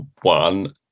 one